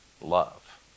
love